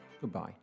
Goodbye